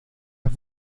las